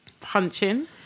punching